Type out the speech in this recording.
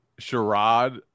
Sherrod